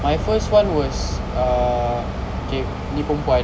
my first one was uh okay ni perempuan